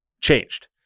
changed